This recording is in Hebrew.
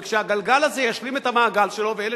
כשהגלגל הזה ישלים את המעגל שלו ואלה